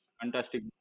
fantastic